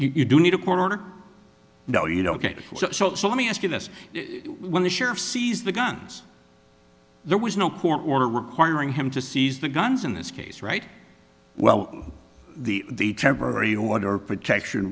you do need a court order no you don't get it so let me ask you this when the sheriff sees the guns there was no court order requiring him to seize the guns in this case right well the temporary order protection